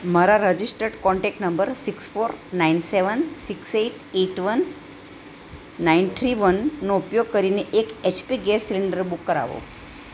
મારા registered contact number six four nine seven six eight eight one nine three વનનો ઉપયોગ કરીને એક એચપી ગેસ સીલિન્ડર બુક કરાવો